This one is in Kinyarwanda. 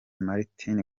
martin